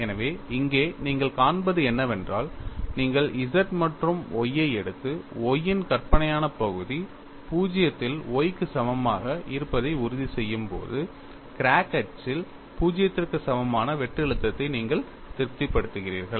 எனவே இங்கே நீங்கள் காண்பது என்னவென்றால் நீங்கள் Z மற்றும் Y ஐ எடுத்து Y இன் கற்பனையான பகுதி 0 இல் y க்கு 0 க்கு சமமாக இருப்பதை உறுதிசெய்யும்போது கிராக் அச்சில் 0 க்கு சமமான வெட்டு அழுத்தத்தை நீங்கள் திருப்திப்படுத்துகிறீர்கள்